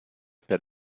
per